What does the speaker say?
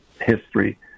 history